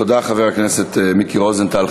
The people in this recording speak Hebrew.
תודה, חבר הכנסת מיקי רוזנטל.